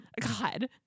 God